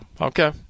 okay